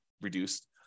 reduced